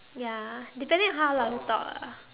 ya depending on how lah you talk ah